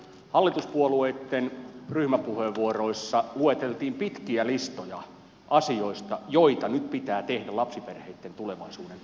hallituspuolueitten ryhmäpuheenvuoroissa lueteltiin pitkiä listoja asioista joita nyt pitää tehdä lapsiperheitten tulevaisuuden parantamiseksi